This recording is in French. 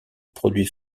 produits